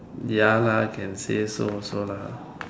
ya lah can say so also lah